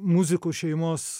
muzikų šeimos